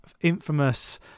infamous